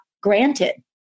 granted